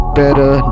better